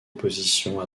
oppositions